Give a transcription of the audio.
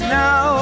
now